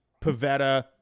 Pavetta